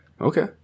Okay